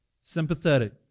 Sympathetic